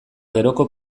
geroko